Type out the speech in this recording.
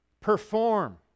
Perform